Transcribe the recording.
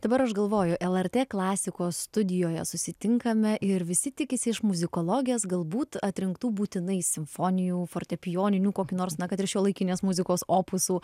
dabar aš galvoju lrt klasikos studijoje susitinkame ir visi tikisi iš muzikologės galbūt atrinktų būtinai simfonijų fortepijoninių kokių nors na kad ir šiuolaikinės muzikos opusų